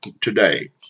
today